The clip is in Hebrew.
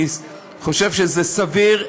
אני חושב שזה סביר,